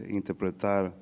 interpretar